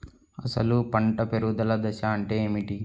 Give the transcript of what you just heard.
అసలు పంట పెరుగుదల దశ అంటే ఏమిటి?